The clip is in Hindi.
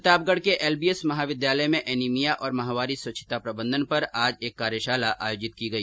प्रतापगढ के एलबीएस महाविद्यालय में एनीमिया और माहवारी स्वच्छता प्रबंधन पर आज एक कार्यशाला आयोजित की गई